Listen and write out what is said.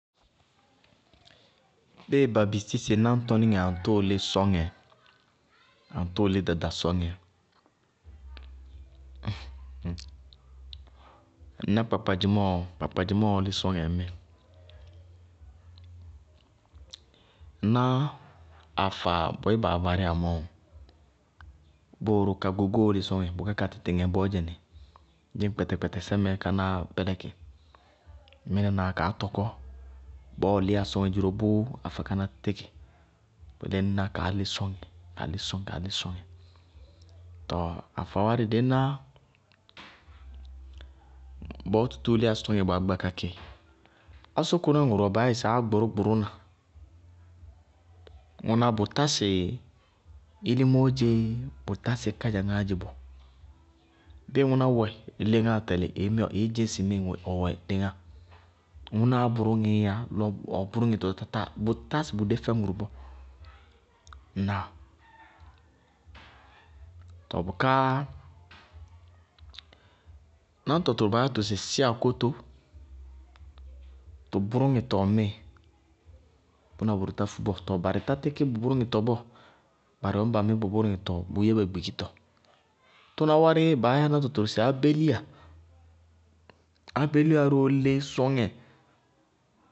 Bɩɩ ba bisí sɩ náñtɔnɩŋɛɛ aŋtɔɔ lɩ sɔŋɛ, aŋtɔɔ lɩ dada sɔŋɛ, ŋná kpakpadzɩmɔɔ, kpakpadzɩmɔɔ lɩ sɔŋɛ ŋmɩɩ, ŋná afa boyé baá varɩya mɔɔɔ? Bʋrʋ ka gogóo lɩ sɔŋɛ bʋká ka tɩtɩŋɛ bɔɔɔdzɛnɩ, ŋdzɩñ sɩ kpɛtɛkpɛtɛsɛ mɛɛ kánáá bɛlɛkɩ, mɩnanáá kaá tɔkɔ, bɔɔɔ lɩyá sɔŋɛ dziró, bʋʋ afa káná tɩkɩ. Bʋ yelé ŋñná kaá lɩsɔŋɛ. Tɔɔ afa wárɩ dɩɩná bɔɔɔ lɩyá sɔŋɛ gbaagba kakɩ, asʋkʋná ŋʋrʋ wɛ baá yáɩ sɩ ágbʋrʋfbʋrʋna. ŋʋná bʋtá sɩ ilimóó dzeé bʋtá sɩ kádzaŋáá dzé bɔ. Bɩɩ ŋʋná wɛ léŋáá tɛlɩ ɩɩddzɩñ sɩ ɔwɛ léŋáá. Lɔ ɔ bʋrʋŋɩtɔ, bʋ tátáatá sɩ bʋ dé fɛ tɔɔ bʋká náñtɔ tʋrʋ baá yá tɩ sɩ sɩakótó, tʋ bʋrʋŋɩtɔŋmɩɩ, bʋna bʋrʋ tá fúbɔɔ tɔɔ barɩ tá tɩkɩ bʋ bʋrʋŋɩtɔ bɔɔ. Bɩɩ tʋna mɩ bʋ bʋrʋŋɩtɔ aráa, bʋʋyɛɩ gbikitɔɔá. Tʋná wárɩ, baáyá náñtɔ tʋrʋ sɩ ábéliya ábéliya róólɩ sɔŋɛ